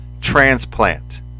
transplant